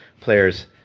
players